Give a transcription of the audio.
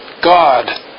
God